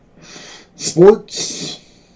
Sports